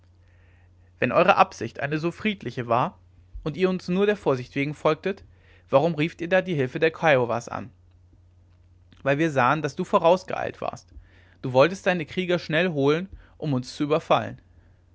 wenn eure absicht eine so friedliche war und ihr uns nur der vorsicht wegen folgtet warum rieft ihr da die hilfe der kiowas an weil wir sahen daß du vorausgeeilt warest du wolltest deine krieger schnell holen um uns zu überfallen